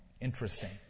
Interesting